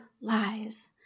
lies